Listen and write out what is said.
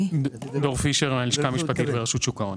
דור פישר, הלשכה המשפטית ברשות שוק ההון.